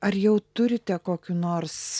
ar jau turite kokių nors